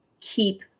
keep